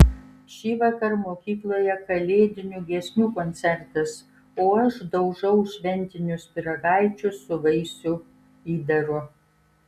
šįvakar mokykloje kalėdinių giesmių koncertas o aš daužau šventinius pyragaičius su vaisių įdaru